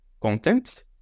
content